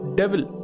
devil